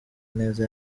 neza